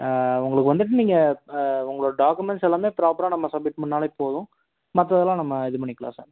உங்களுக்கு வந்துவிட்டு நீங்கள் உங்களோட டாக்குமெண்ட்ஸ் எல்லாமே ப்ராப்பராக நம்ம சப்மிட் பண்ணாலே போதும் மற்றதெல்லாம் நம்ம இது பண்ணிக்கலாம் சார்